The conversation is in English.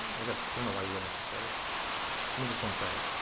i guess, i don't know why you would necessarily. give me just one second.